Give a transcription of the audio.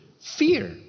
fear